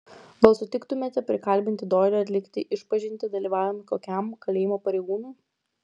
gal sutiktumėte prikalbinti doilį atlikti išpažintį dalyvaujant kokiam kalėjimo pareigūnui